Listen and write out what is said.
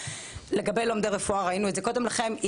לגבי לומדי רפואה ראינו קודם לכן,